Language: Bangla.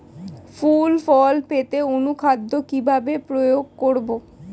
ফুল ফল পেতে অনুখাদ্য কিভাবে প্রয়োগ করব?